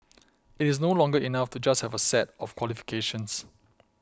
it is no longer enough to just have a set of qualifications